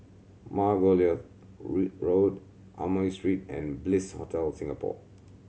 Margoliouth Road Amoy Street and Bliss Hotel Singapore